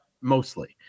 mostly